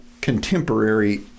contemporary